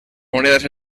monedas